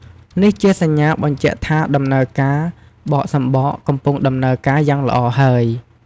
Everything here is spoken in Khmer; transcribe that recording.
នេះជាសញ្ញាបញ្ជាក់ថាដំណើរការបកសម្បកកំពុងដំណើរការយ៉ាងល្អហើយ។